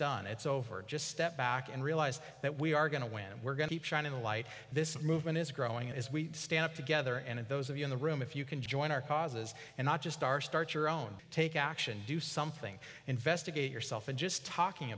done it's over just step back and realize that we are going to win and we're going to shine a light this movement is growing as we stand up together and those of you in the room if you can join our causes and not just our start your own take action do something investigate yourself and just talking